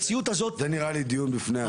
זה נראה לי דיון בפני עצמו.